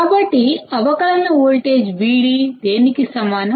కాబట్టి అవకలన voltage Vd దేనికి సమానం